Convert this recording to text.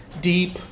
deep